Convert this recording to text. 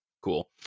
Cool